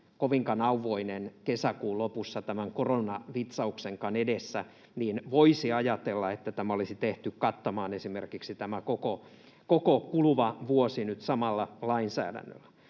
kovinkaan auvoinen kesäkuun lopussa tämän koronavitsauksen edessä — niin voisi ajatella, että olisi tehty kattamaan esimerkiksi tämä koko kuluva vuosi nyt samalla lainsäädännöllä.